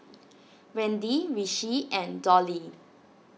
Randy Rishi and Dolly